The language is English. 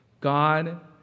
God